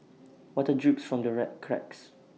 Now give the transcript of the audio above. water drips from the red cracks